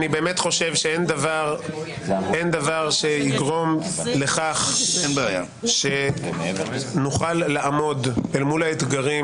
אני באמת חושב שאין דבר שיגרום לכך שנוכל לעמוד מול האתגרים